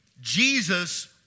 Jesus